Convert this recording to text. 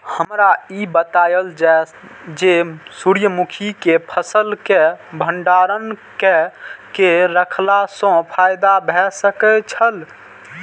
हमरा ई बतायल जाए जे सूर्य मुखी केय फसल केय भंडारण केय के रखला सं फायदा भ सकेय छल?